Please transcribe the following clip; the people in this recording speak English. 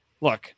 look